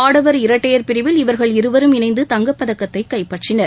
ஆடவர் இரட்டையர் பிரிவில் இவர்கள் இருவரும் இணைந்து தங்கப் பதக்கத்தை கைப்பற்றினர்